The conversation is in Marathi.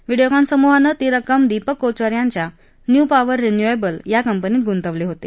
व्हिडिओकॉन समूहानं ती रक्कम दिपक कोचर यांच्या न्यूपॉवर रिन्युएबल या कंपनीत गुंतवली होती